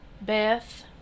Beth